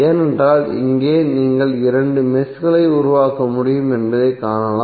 ஏனென்றால் இங்கே நீங்கள் இரண்டு மெஷ்களை உருவாக்க முடியும் என்பதைக் காணலாம்